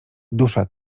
dusza